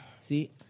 See